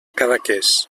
cadaqués